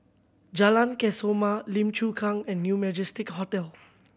Jalan Kesoma Lim Chu Kang and New Majestic Hotel